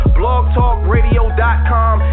blogtalkradio.com